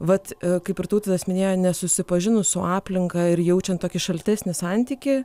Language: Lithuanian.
vat kaip ir tautvydas minėjo nesusipažinus su aplinka ir jaučiant tokį šaltesnį santykį